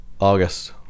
August